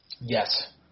Yes